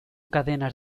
cadenas